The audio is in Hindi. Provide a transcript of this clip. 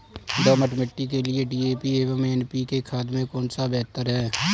दोमट मिट्टी के लिए डी.ए.पी एवं एन.पी.के खाद में कौन बेहतर है?